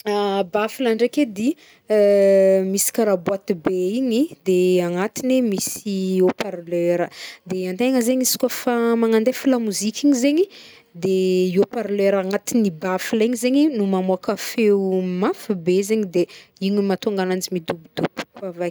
Baffle ndraiky edy misy karaha boaty be igny, de agnatiny misy haut parleur, de antegna zegny izy kaofa magnandefa lamozika igny zegny de i haut parleur agnatin'i baffle igny zegny no mamoaka feo mafy be zegny de igny mahatonga agnanjy midobodoboka avake.